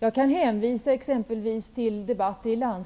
Jag kan hänvisa till debatter om